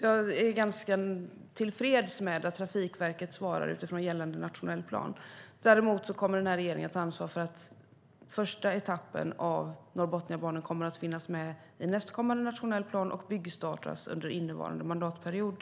Jag är tillfreds med att Trafikverket svarar utifrån gällande nationell plan. Däremot kommer den här regeringen att ta ansvar för att första etappen av Norrbotniabanan kommer att finnas med i nästkommande nationell plan och byggstartas under innevarande mandatperiod.